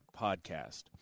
podcast